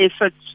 efforts